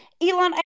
elon